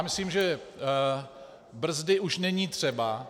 Myslím, že brzdy už není třeba.